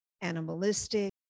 Animalistic